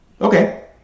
Okay